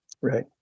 Right